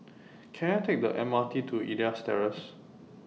Can I Take The M R T to Elias Terrace